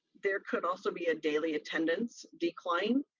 there could also be a daily attendance decline,